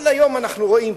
כל היום אנחנו רואים,